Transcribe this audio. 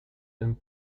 and